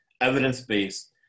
evidence-based